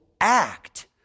act